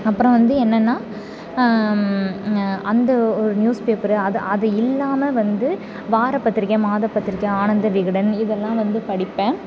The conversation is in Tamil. அப்புறம் வந்து என்னென்னால் அந்த ஒரு நியூஸ்பேப்பரு அது அது இல்லாமல் வந்து வார பத்திரிக்கை மாத பத்திரிக்கை ஆனந்த விகடன் இதெல்லாம் வந்து படிப்பேன்